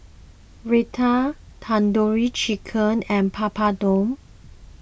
Raita Tandoori Chicken and Papadum